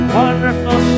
wonderful